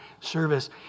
service